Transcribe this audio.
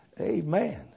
Amen